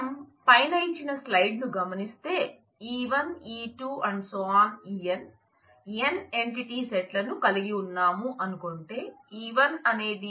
మనం పైన ఇచ్చిన స్లైడ్ ను గమనిస్తే e1e2